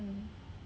mm